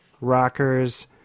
rockers